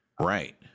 Right